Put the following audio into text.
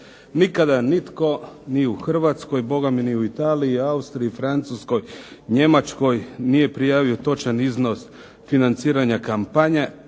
Nikada nitko ni u Hrvatskoj boga mi ni u Italiji, Francuskoj, Austriji, Njemačkoj nije prijavio točan iznos financiranja kampanja,